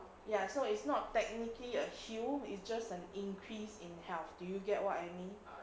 ya so it's not technically a heal it's just an increase in health do you get what I mean